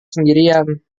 sendirian